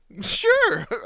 Sure